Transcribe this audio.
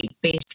based